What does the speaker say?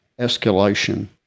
escalation